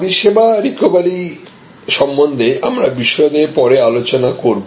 পরিষেবা রিকভারি সম্বন্ধে আমরা বিশদে পরে আলোচনা করব